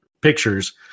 pictures